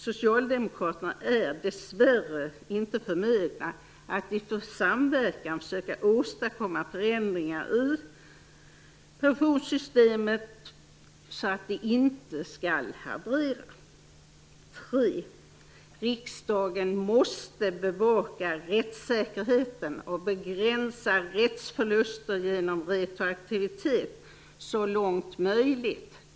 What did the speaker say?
Socialdemokraterna är dessvärre inte förmögna att i samverkan försöka att åstadkomma förändringar i pensionssystemet så att det inte skall haverera. 3. Riksdagen måste bevaka rättssäkerheten och begränsa rättsförluster genom retroaktivitet så långt möjligt.